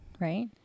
right